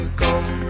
come